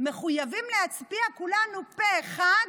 מחויבים להצביע כולנו פה אחד,